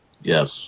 Yes